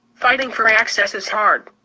fighting for access is hard.